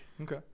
Okay